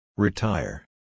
Retire